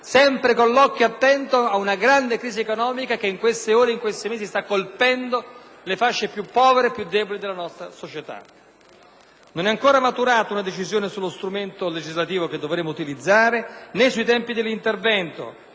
sempre con uno sguardo attento ad una grande crisi economica che, in queste ore e in questi mesi, sta colpendo le fasce più povere e più deboli della nostra società. Non è ancora maturata una decisione sullo strumento legislativo che dovremo utilizzare, né sui tempi dell'intervento;